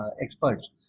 experts